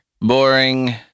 Boring